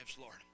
Lord